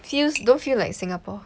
serious don't feel like Singapore